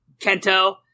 Kento